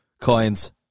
coins